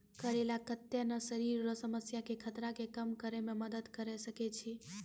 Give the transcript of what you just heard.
करेला कत्ते ने शरीर रो समस्या के खतरा के कम करै मे मदद करी सकै छै